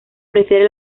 prefiere